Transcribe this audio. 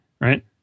right